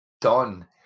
done